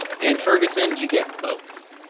and in ferguson you get both.